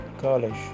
college